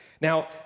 Now